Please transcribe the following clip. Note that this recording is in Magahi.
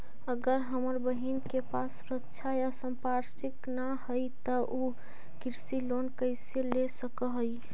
अगर हमर बहिन के पास सुरक्षा या संपार्श्विक ना हई त उ कृषि लोन कईसे ले सक हई?